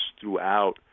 throughout